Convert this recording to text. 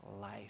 life